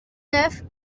neuf